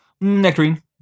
Nectarine